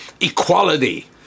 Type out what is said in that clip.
equality